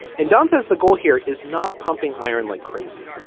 and dance is the goal here is not pumping iron like crazy.